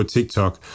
TikTok